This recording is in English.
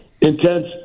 intense